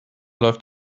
läuft